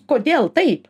kodėl taip